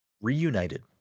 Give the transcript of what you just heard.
reunited